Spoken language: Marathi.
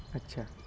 अच्छा